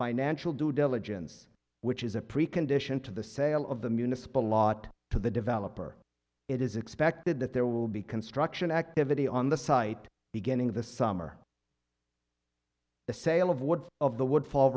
financial due diligence which is a precondition to the sale of the municipal lot to the developer it is expected that there will be construction activity on the site beginning of the summer the sale of woods of the would fall